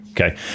Okay